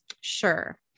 Sure